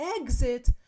exit